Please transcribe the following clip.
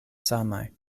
samaj